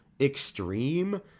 extreme